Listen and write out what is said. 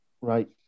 right